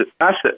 asset